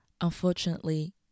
Unfortunately